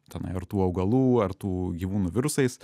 tenai ar tų augalų ar tų gyvūnų virusais